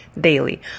daily